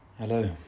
Hello